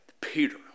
Peter